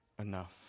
enough